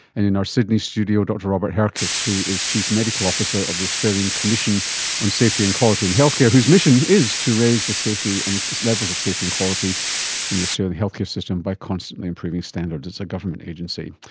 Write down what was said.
and in our sydney studio dr robert herkes who is chief medical officer of the australian commission on safety and quality in health care, whose mission is to raise the and levels of safety and quality in the australian health care system by constantly improving standards. it's a government agency.